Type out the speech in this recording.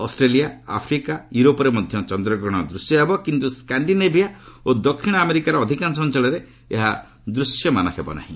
Australia Africa ୟୁରୋପରେ ମଧ୍ୟ ଚନ୍ଦ୍ରଗ୍ରହଣ ଦୂଶ୍ୟ ହେବ କିନ୍ତୁ ସ୍କାଣ୍ଡିନେଭିଆ ଓ ଦକ୍ଷିଣ ଆମେରିକାର ଅଧିକାଂଶ ଅଞ୍ଚଳରେ ଏହା ଦୂଶ୍ୟମାନ ହେବ ନାହିଁ